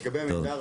רק לגבי המידע,